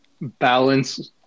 balance